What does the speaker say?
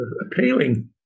Appealing